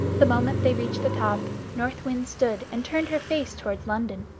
the moment they reached the top, north wind stood and turned her face towards london